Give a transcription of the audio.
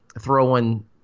throwing